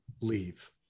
leave